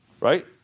Right